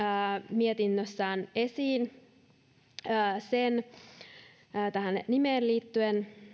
mietinnössään esiin tähän nimeen liittyen